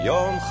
Yom